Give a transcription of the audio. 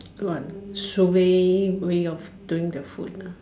what suay way of doing the food ah